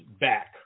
back